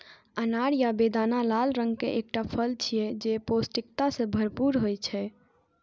अनार या बेदाना लाल रंग के एकटा फल छियै, जे पौष्टिकता सं भरपूर होइ छै